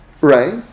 Right